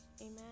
amen